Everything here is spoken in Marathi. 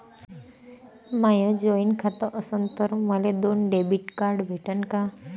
माय जॉईंट खातं असन तर मले दोन डेबिट कार्ड भेटन का?